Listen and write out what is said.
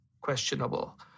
questionable